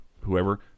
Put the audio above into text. whoever